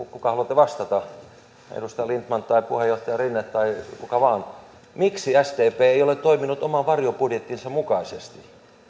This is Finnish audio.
vastata edustaja lindtman tai puheenjohtaja rinne tai kuka vain miksi sdp ei ole toiminut oman varjobudjettinsa mukaisesti